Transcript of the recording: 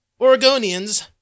Oregonians